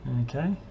Okay